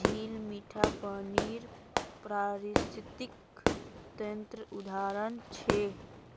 झील मीठा पानीर पारिस्थितिक तंत्रेर उदाहरण छिके